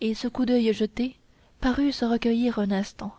et ce coup d'oeil jeté parut se recueillir un instant